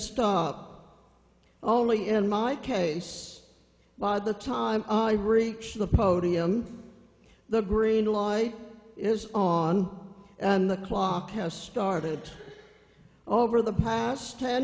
stop only in my case by the time i reach the podium the green line is on and the clock has started over the past ten